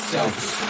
Selfish